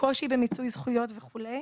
קושי במיצוי זכויות וכו'.